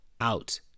out